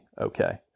okay